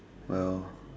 well